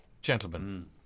gentlemen